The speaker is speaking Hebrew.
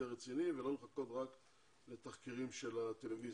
רציני ולא רק לחכות לתחקירים של הטלוויזיה.